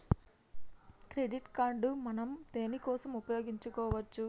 Credit card మనం దేనికోసం ఉపయోగించుకోవచ్చు?